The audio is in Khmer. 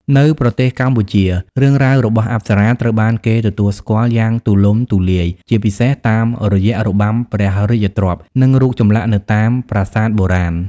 នៅប្រទេសកម្ពុជា រឿងរ៉ាវរបស់អប្សរាត្រូវបានគេទទួលស្គាល់យ៉ាងទូលំទូលាយ ជាពិសេសតាមរយៈរបាំព្រះរាជទ្រព្យ និងរូបចម្លាក់នៅតាមប្រាសាទបុរាណ។